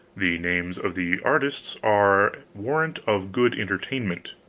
the names of the artists are warrant of good enterrainment.